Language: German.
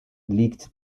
liegt